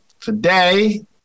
Today